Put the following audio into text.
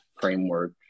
framework